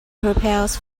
prepares